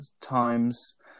times